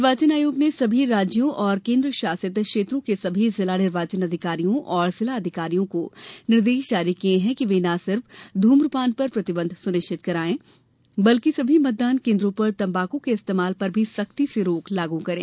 निर्वाचन आयोग ने सभी राज्यों और केन्द्र शासित क्षेत्रों के सभी जिला निर्वाचन अधिकारियों और जिलाधिकारियों को निर्देश जारी किये हैं कि वे न सिर्फ ध्म्पान पर प्रतिबंध सुनिश्चित कराये बल्कि सभी मतदान केन्द्रों पर तम्बाकू के इस्तेमाल पर भी सख्ती से रोक लागू करें